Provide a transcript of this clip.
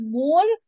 more